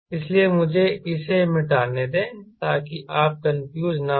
इसलिए मुझे इसे मिटाने देताकि आप कंफ्यूज न हों